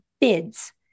bids